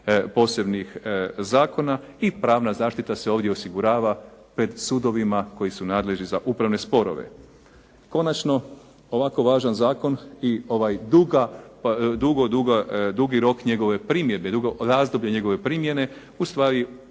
posebnih zakona i pravna zaštita se ovdje osigurava pred sudovima koji su nadležni za upravne sporove. Konačno, ovako važan zakon i duga, dugi rok njegove primjedbe, razdoblje njegove primjene u stvari